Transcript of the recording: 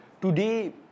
Today